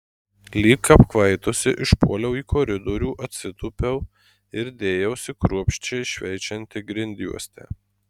lyg apkvaitusi išpuoliau į koridorių atsitūpiau ir dėjausi kruopščiai šveičianti grindjuostę